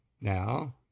Now